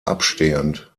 abstehend